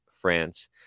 France